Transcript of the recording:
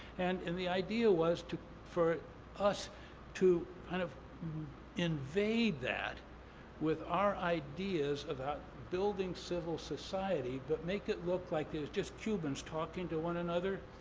and and the idea was for us to kind of invade that with our ideas about building civil society but make it look like there's just cubans talking to one another.